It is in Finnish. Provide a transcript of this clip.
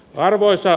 arvoisa